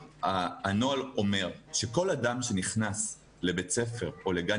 הנוהל אומר שכל אדם שנכנס לבית ספר או לגן